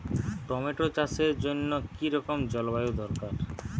Tomato চাষের জন্য কি রকম জলবায়ু দরকার?